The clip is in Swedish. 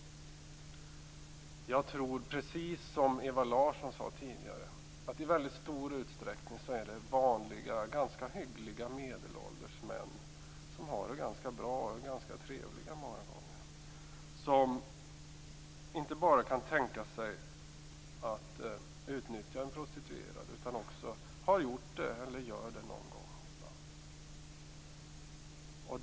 Jag tror, precis som Ewa Larsson sade tidigare, att det i väldigt stor utsträckning är vanliga, ganska hyggliga medelålders män som har det ganska bra och många gånger är ganska trevliga som inte bara kan tänka sig att utnyttja en prostituerad utan också har gjort det eller gör det någon gång ibland.